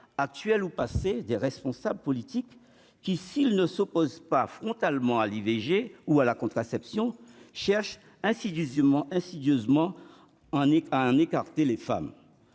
actuels ou passés, des responsables politiques qui s'ils ne s'opposent pas frontalement à l'IVG ou à la contraception cherche insidieusement insidieusement